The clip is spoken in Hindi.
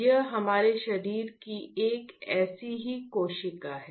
यह हमारे शरीर की एक ऐसी ही कोशिका है